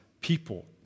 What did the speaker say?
People